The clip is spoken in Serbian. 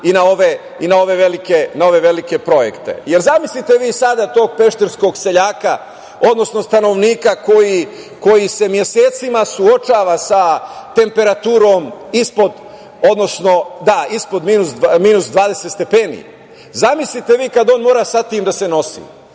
i na ove velike projekte, jer zamislite vi sada to pešterskog seljaka, odnosno stanovnika koji se mesecima suočava sa temperaturom ispod minus 20 stepeni, zamislite kada on mora sa tim da se nosi,